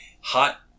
hot